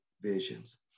visions